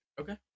Okay